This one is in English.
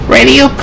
Radio